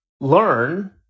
learn